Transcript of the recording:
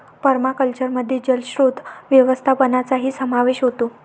पर्माकल्चरमध्ये जलस्रोत व्यवस्थापनाचाही समावेश होतो